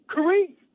Kareem